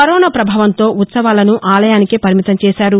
corona ప్రభావంతో ఉత్సవాలను ఆలయానికే పరిమితం చేశారు